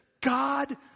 God